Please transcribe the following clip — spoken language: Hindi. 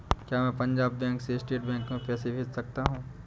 क्या मैं पंजाब बैंक से स्टेट बैंक में पैसे भेज सकता हूँ?